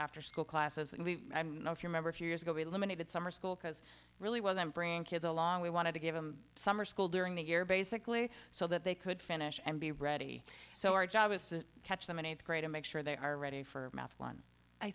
after school classes and we know if you remember a few years ago eliminated summer school because really wasn't bringing kids along we wanted to give them summer school during the year basically so that they could finish and be ready so our job is to catch them in eighth grade and make sure they are ready for math one i